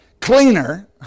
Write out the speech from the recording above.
cleaner